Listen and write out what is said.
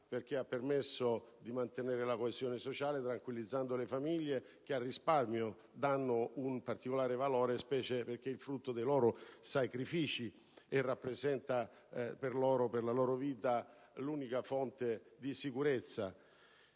perché ha permesso di mantenere la coesione sociale, tranquillizzando le famiglie che al risparmio danno un particolare valore, specialmente perché è frutto dei loro sacrifici e rappresenta l'unica fonte di sicurezza